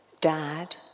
dad